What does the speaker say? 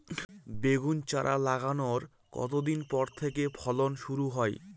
বেগুন চারা লাগানোর কতদিন পর থেকে ফলন শুরু হয়?